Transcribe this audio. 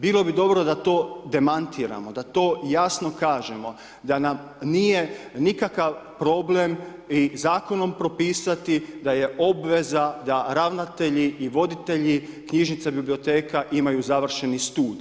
Bilo bi dobro da to demantiramo, da to jasno kažemo, da nam nije nikakav problem i zakonom propisati da je obveza da ravnatelji i voditelji, knjižnica, biblioteka imaju završeni studij.